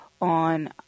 on